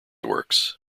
works